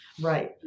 right